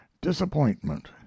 disappointment